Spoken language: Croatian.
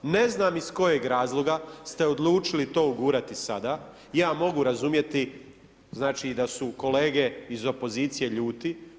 Ne znam iz kojeg razloga ste odlučili to ugurati sada, ja mogu razumjeti da su kolege iz opozicije ljuti.